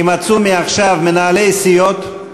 יימצאו מעכשיו מנהלי סיעות,